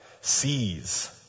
sees